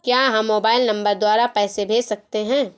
क्या हम mobile number द्वारा पैसे भेज सकते हैं?